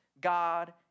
God